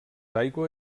aigua